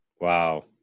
Wow